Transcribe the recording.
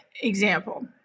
example